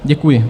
Děkuji.